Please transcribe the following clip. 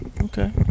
Okay